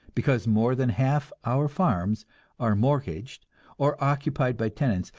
because more than half our farms are mortgaged or occupied by tenants,